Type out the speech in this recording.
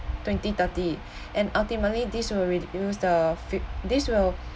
twenty thirty and ultimately this will reduce the fu~ this will